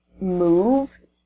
moved